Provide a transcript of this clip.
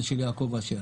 של יעקב אשר,